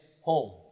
home